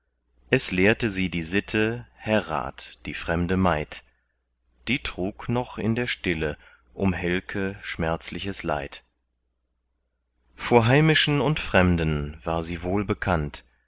es lehrte sie die sitte herrat die fremde maid die trug noch in der stille um helke schmerzliches leid vor heimischen und fremden war sie wohlbekannt